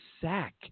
sack